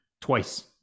twice